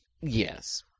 Yes